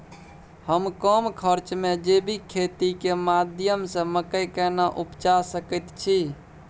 हम कम खर्च में जैविक खेती के माध्यम से मकई केना उपजा सकेत छी?